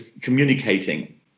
communicating